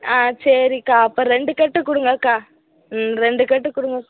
ஆ சரிக்கா அப்போ ரெண்டு கட்டு கொடுங்கக்கா ம் ரெண்டு கட்டு கொடுங்க